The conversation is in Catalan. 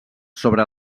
sobre